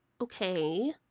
Okay